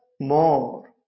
more